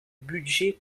budget